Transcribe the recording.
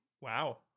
Wow